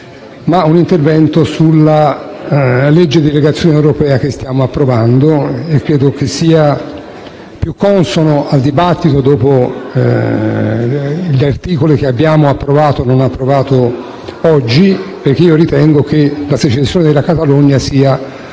ma un intervento sulla legge europea che stiamo approvando; credo che sia più consono al dibattito dopo gli articoli che abbiamo approvato oggi, perché ritengo che la secessione della Catalogna sia